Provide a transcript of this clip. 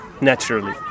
naturally